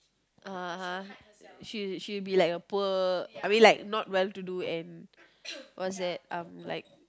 uh she she be like a poor I mean like not well to do and what's that um like